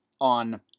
on